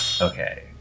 Okay